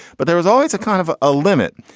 but there was always a kind of a limit.